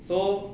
so